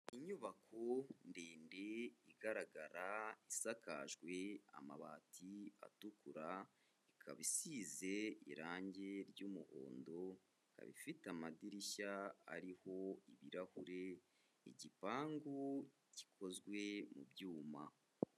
Inyubako ndende igaragara, isakajwe amabati atukura, ikaba isize irangi ry'umuhondo, ifite amadirishya ariho ibirahure, igipangu gikozwe mu byuma.